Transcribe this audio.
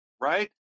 right